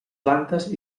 plantes